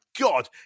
God